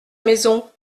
maison